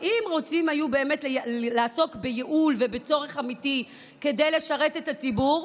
אם היו רוצים באמת לעסוק בייעול ובצורך אמיתי לשרת את הציבור,